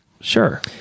Sure